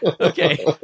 Okay